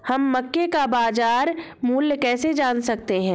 हम मक्के का बाजार मूल्य कैसे जान सकते हैं?